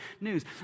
news